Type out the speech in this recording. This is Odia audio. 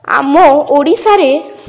ଆମ ଓଡ଼ିଶାରେ